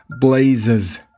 blazers